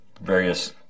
various